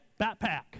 backpack